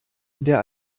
der